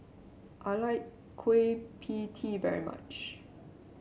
I like Kueh P Tee very much